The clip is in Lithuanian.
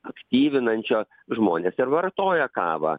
aktyvinančio žmonės ir vartoja kavą